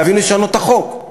חייבים לשנות את החוק,